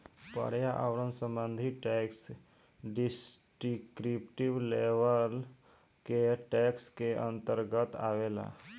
पर्यावरण संबंधी tax descriptive level के टैक्स के अंतर्गत आवेला